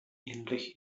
endlich